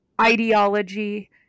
ideology